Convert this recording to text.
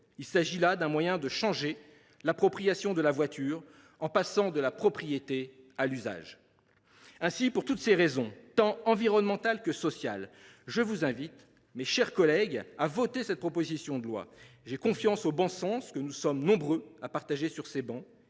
il s’agit là d’un moyen de changer l’appropriation de la voiture, en passant de la propriété à l’usage. Pour toutes ces raisons, tant environnementales que sociales, je vous invite à voter cette proposition de loi. Je fais confiance au bon sens, que nous sommes nombreux à partager sur ces travées,